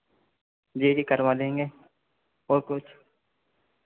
जी जी करवा लेंगे और कुछ